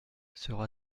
sera